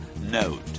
note